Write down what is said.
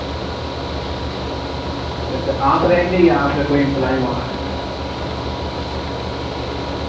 اچھا اچھا آپ رہیں گے یا آپ کا کوئی امپلائی وہاں رہے گا